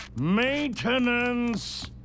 Maintenance